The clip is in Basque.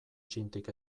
txintik